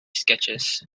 sketches